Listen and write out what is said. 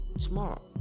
tomorrow